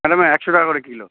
madam একশো টাকা করে কিলো